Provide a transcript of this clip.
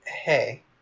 hey